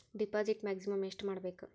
Deposit maximum ಎಷ್ಟು ಮಾಡಬೇಕು?